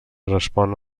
respon